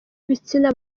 ibitsina